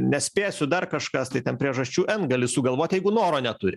nespėsiu dar kažkas tai ten priežasčių n gali sugalvot jeigu noro neturi